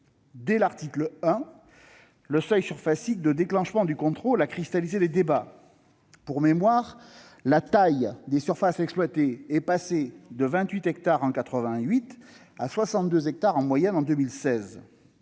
Dès l'article 1, le seuil surfacique de déclenchement du contrôle a cristallisé les débats. Pour mémoire, la taille moyenne des surfaces exploitées est passée de 28 hectares en 1988 à 62 hectares en 2016,